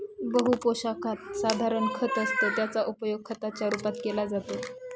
बहु पोशाखात साधारण खत असतं याचा उपयोग खताच्या रूपात केला जातो